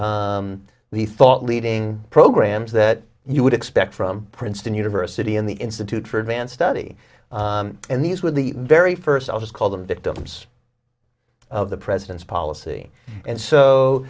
the thought leading programs that you would expect from princeton university and the institute for advanced study and these were the very first i'll just call them victims of the president's policy and so